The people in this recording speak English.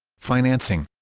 financing